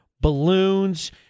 balloons